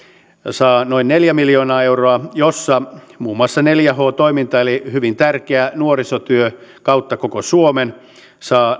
saa noin neljä miljoonaa euroa mistä muun muassa neljä h toiminta eli hyvin tärkeä nuorisotyö kautta koko suomen saa